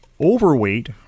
overweight